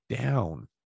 down